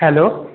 hello